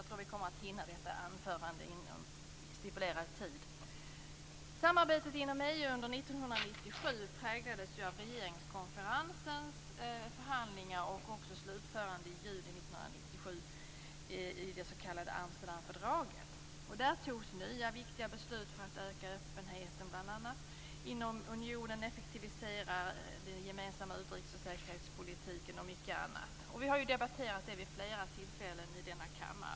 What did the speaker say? Fru talman! Samarbetet inom EU under 1997 präglades av regeringskonferensens förhandlingar och slutförande i juni 1997 i det s.k. Amsterdamfördraget. Där fattades nya viktiga beslut för att bl.a. öka öppenheten inom unionen, effektivisera den gemensamma utrikes och säkerhetspolitiken och mycket annat. Vi har debatterat det vid flera tillfällen i denna kammare.